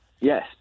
Yes